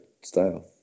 style